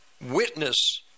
witness